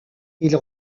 ils